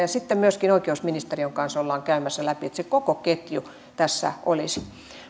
sitten myöskin oikeusministeriön kanssa ollaan käymässä läpi että se koko ketju tässä olisi